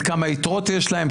להגיד כמה יתרות יש להם,